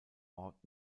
ort